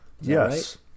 Yes